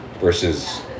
versus